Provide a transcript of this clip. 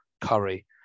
Curry